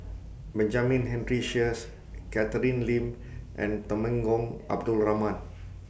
Benjamin Henry Sheares Catherine Lim and Temenggong Abdul Rahman